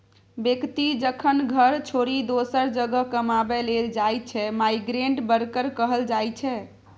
बेकती जखन घर छोरि दोसर जगह कमाबै लेल जाइ छै माइग्रेंट बर्कर कहल जाइ छै